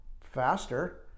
faster